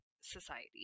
society